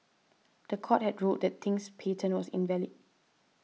the court had ruled that Ting's patent was invalid